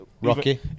Rocky